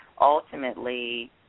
ultimately